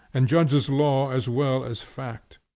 and judges law as well as fact.